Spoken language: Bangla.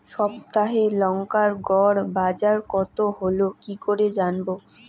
সপ্তাহে লংকার গড় বাজার কতো হলো কীকরে জানবো?